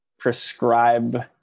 prescribe